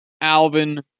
Alvin